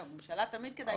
הממשלה תמיד כדאי שתקשיב.